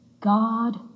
God